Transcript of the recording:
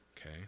Okay